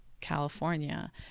California